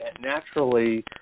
naturally